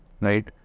Right